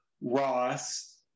ross